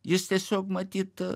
jis tiesiog matyt